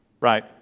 right